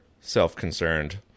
self-concerned